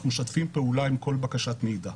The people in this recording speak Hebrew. אנחנו משתפים פעולה עם כל בקשת מידע.